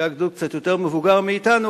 שהיה גדוד קצת יותר מבוגר מאתנו,